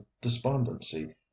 despondency